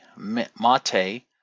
mate